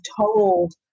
told